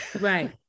Right